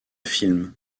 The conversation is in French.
film